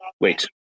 wait